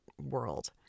world